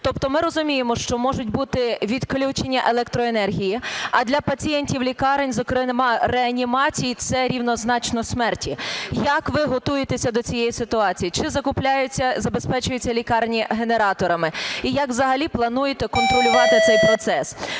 Тобто ми розуміємо, що можуть бути відключення електроенергії, а для пацієнтів лікарень, зокрема реанімацій, це рівнозначно смерті. Як ви готуєтеся до цієї ситуації, чи закупляються, забезпечуються лікарні генераторами і як взагалі плануєте контролювати цей процес?